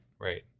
right